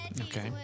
Okay